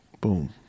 boom